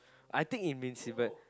I think invincible